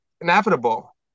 inevitable